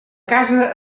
casa